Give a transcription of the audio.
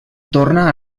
torna